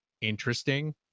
interesting